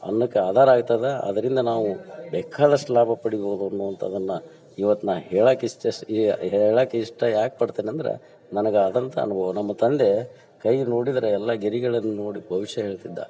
ಅನ್ನಕ್ಕೆ ಆಧಾರ ಆಗ್ತದ ಅದರಿಂದ ನಾವು ಬೇಕಾದಷ್ಟು ಲಾಭ ಪಡಿಬೋದು ಅನ್ನುವಂಥದ್ದನ್ನು ಇವತ್ತು ಹೇಳಕ್ಕೆ ಇಸ್ ಇಸ್ ಈ ಹೇಳಕ್ಕೆ ಇಷ್ಟ ಯಾಕೆ ಪಡ್ತೇನಂದ್ರೆ ನನಗೆ ಆದಂಥ ಅನುಭವ ನಮ್ಮ ತಂದೆ ಕೈ ನೋಡಿದರೆ ಎಲ್ಲ ಗೆರಿಗಳನ್ನು ನೋಡಿ ಭವಿಷ್ಯ ಹೇಳ್ತಿದ್ದ